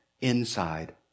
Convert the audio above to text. inside